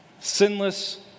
sinless